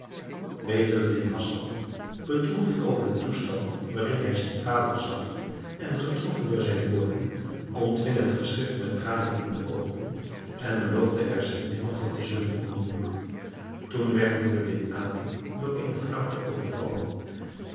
bedreddin hassan bedroefd over den toestand waarin hij zijn vader zag en getroffen door zijne woorden ontving het geschrift met tranen in de oogen en beloofde er zich nimmer van te zullen ontdoen toen werd noureddin ali door eene flaauwte overvallen